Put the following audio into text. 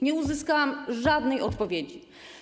Nie uzyskałam żadnej odpowiedzi.